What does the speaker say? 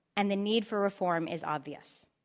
and the need for reform is obvious.